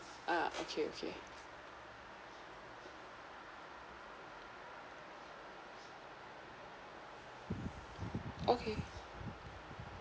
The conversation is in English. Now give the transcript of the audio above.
ah okay okay okay